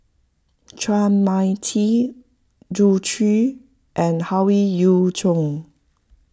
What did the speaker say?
Chua Mia Tee Zhu Xu and Howe Yoon Chong